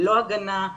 ללא הגנה,